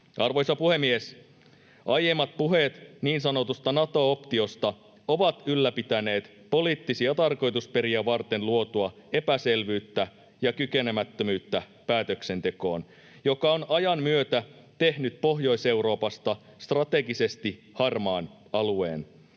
Arvoisa puhemies! Aiemmat puheet niin sanotusta Nato-optiosta ovat ylläpitäneet poliittisia tarkoitusperiä varten luotua epäselvyyttä ja kykenemättömyyttä päätöksentekoon, joka on ajan myötä tehnyt Pohjois-Euroopasta strategisesti harmaan alueen.